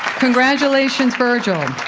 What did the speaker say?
congratulations virgil.